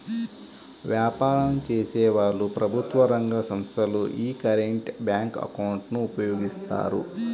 వ్యాపారం చేసేవాళ్ళు, ప్రభుత్వ రంగ సంస్ధలు యీ కరెంట్ బ్యేంకు అకౌంట్ ను ఉపయోగిస్తాయి